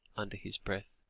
under his breath.